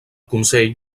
consell